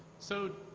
so,